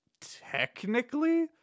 technically